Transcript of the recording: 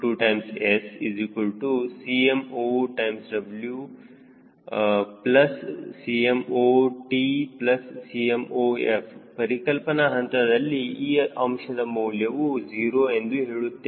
02SCmowCmotCmof ಪರಿಕಲ್ಪನಾ ಹಂತದಲ್ಲಿ ಈ ಅಂಶದ ಮೌಲ್ಯವು 0 ಎಂದು ಹೇಳುತ್ತೇವೆ